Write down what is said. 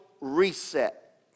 reset